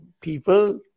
people